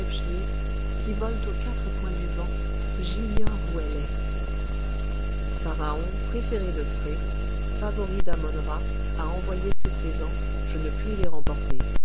qui volent aux quatre points du vent j'ignore où elle est pharaon préféré de phré favori dammon ra a envoyé ces présents je ne puis les remporter